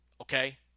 okay